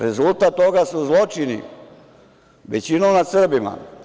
Rezultat toga su zločini, većinom nad Srbima.